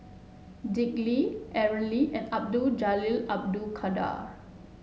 Dick Lee Aaron Lee and Abdul Jalil Abdul Kadir